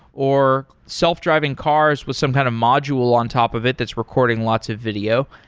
or self-driving cars with some kind of module on top of it that's recording lots of video,